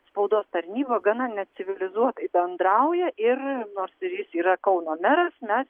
spaudos tarnyba gana necivilizuotai bendrauja ir nors ir jis yra kauno meras mes